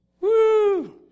Woo